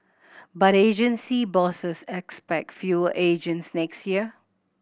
but agency bosses expect fewer agents next year